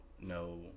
no